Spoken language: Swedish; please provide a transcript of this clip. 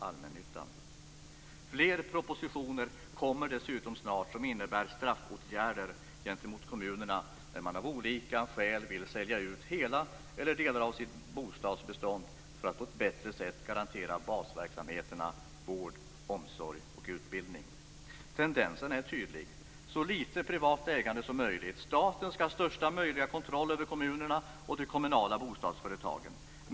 Dessutom kommer det snart fler propositioner som innebär straffåtgärder gentemot kommunerna när de av olika skäl vill sälja ut hela eller delar av sitt bostadsbestånd för att på ett bättre sätt garantera basverksamheterna vård, omsorg och utbildning. Tendensen är tydlig: Tillåt så lite privat ägande som möjligt. Staten skall ha största möjliga kontroll över kommunerna och de kommunala bostadsföretagen.